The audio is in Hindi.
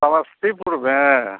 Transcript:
समस्तीपुर में